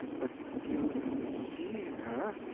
but you see her?